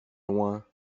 loin